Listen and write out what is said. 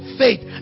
faith